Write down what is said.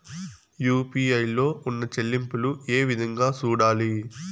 UPI లో ఉన్న చెల్లింపులు ఏ విధంగా సూడాలి